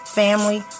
family